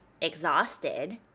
exhausted